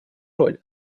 роль